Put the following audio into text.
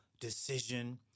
decision